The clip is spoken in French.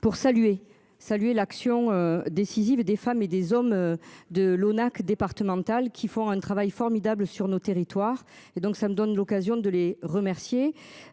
Pour saluer saluer l'action décisive des femmes et des hommes de l'ONAC départemental qui font un travail formidable sur nos territoires et donc ça me donne l'occasion de les remercier.